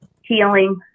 healing